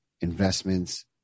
investments